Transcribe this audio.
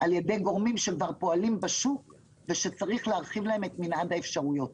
על ידי גורמים שכבר פועלים בשוק ושצריך להרחיב להם את מנעד האפשרויות.